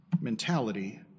mentality